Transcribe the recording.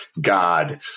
God